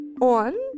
on